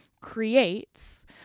creates